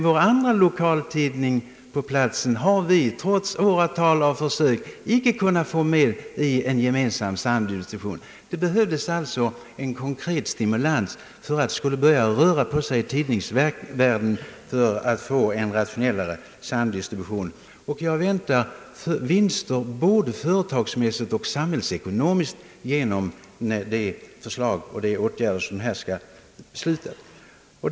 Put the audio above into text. Vår andra lokaltidning på platsen har vi emellertid trots åratal av försök inte kunnat få med i en gemensam distribution. Det behövdes alltså en konkret stimulans utifrån, genom statsmakterna, för att man skulle börja röra på sig i tidningsvärlden och påskynda en rationellare distribution. Jag väntar vinster både företagsmässigt och samhällsekonomiskt genom de åtgärder som här skall beslutas.